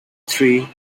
three